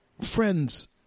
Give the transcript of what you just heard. friends